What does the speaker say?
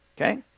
Okay